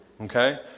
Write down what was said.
Okay